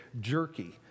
jerky